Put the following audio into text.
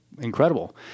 incredible